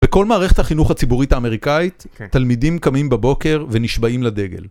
בכל מערכת החינוך הציבורית האמריקאית, תלמידים קמים בבוקר ונשבעים לדגל.